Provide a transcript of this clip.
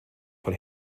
von